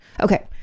Okay